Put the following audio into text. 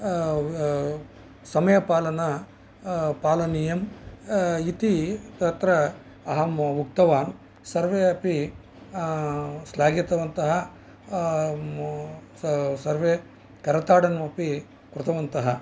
समयपालना पालनियम् इति तत्र अहम् उक्तवान् सर्वे अपि श्लाघितवन्तः सर्वे करताडनम् अपि कृतवन्तः